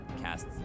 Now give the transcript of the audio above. casts